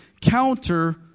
counter